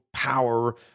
Power